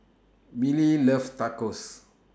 Millie loves Tacos